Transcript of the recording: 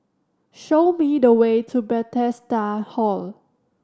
show me the way to Bethesda Hall